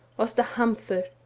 was the hamfor.